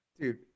Dude